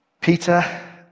Peter